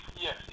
Yes